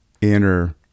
inner